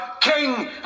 king